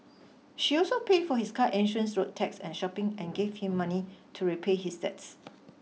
she also paid for his car insurance road tax and shopping and gave him money to repay his debts